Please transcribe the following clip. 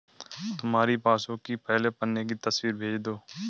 तुम्हारी पासबुक की पहले पन्ने की तस्वीर भेज दो